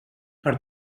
per